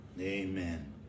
Amen